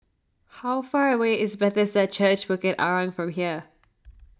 how far away is Bethesda Church Bukit Arang from here